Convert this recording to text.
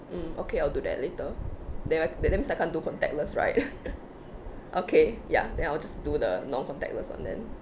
mm okay I'll do that later then I that that's mean I can't do contactless right okay ya then I will just do the non contactless one then